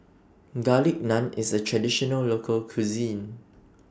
Garlic Naan IS A Traditional Local Cuisine